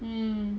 mm